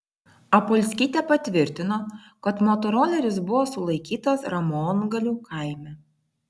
apolskytė patvirtino kad motoroleris buvo sulaikytas ramongalių kaime